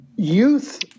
Youth